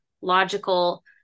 logical